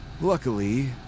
Luckily